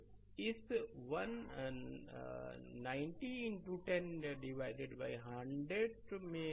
slide समय देखें 2525 तो इस 190 इनटू 10 विभाजित 100 में